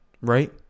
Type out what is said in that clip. right